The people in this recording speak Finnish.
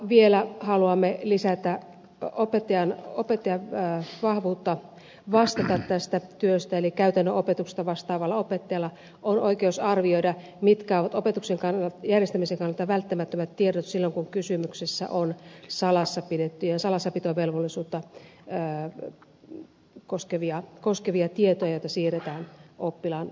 vielä haluamme lisätä opettajan vahvuutta vastata tästä työstä eli käytännön opetuksesta vastaavalla opettajalla on oikeus arvioida mitkä ovat opetuksen järjestämisen kannalta välttämättömät tiedot silloin kun kysymys on salassapitovelvollisuutta koskevista tiedoista joita siirretään oppilaan opettamisasioissa